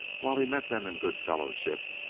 while he met them in good-fellowship,